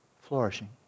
flourishing